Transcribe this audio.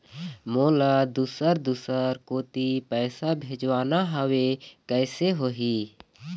मोला दुसर दूसर कोती पैसा भेजवाना हवे, कइसे होही?